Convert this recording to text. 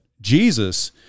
Jesus